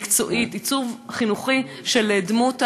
מקצועית, עיצוב חינוכי של דמות הילדים,